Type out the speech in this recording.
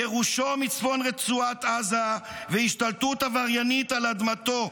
גירושו מצפון רצועת עזה והשתלטות עבריינית על אדמתו.